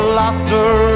laughter